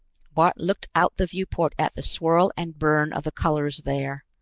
bart looked out the viewport at the swirl and burn of the colors there.